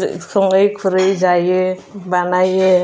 जोङो सङै खुरै जायो बानायो